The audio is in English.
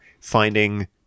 finding